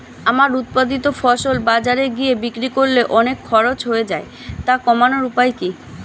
আমার উৎপাদিত ফসল বাজারে গিয়ে বিক্রি করলে অনেক খরচ হয়ে যায় তা কমানোর উপায় কি?